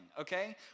okay